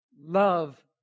love